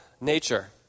nature